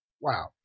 Wow